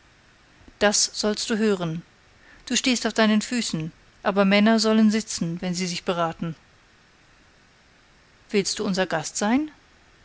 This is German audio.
das sollst du hören du stehst auf deinen füßen aber männer sollen sitzen wenn sie sich beraten willst du unser gast sein